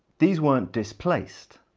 these weren't displaced.